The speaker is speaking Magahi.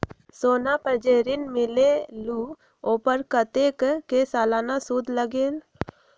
सोना पर जे ऋन मिलेलु ओपर कतेक के सालाना सुद लगेल?